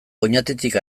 oñatitik